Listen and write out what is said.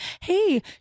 Hey